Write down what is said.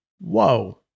Whoa